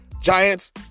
Giants